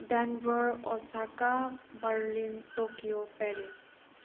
denver Osaka Berlin Tokyo Paris